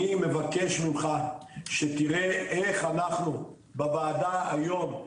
אני מבקש ממך שתראה איך אנחנו בוועדה היום,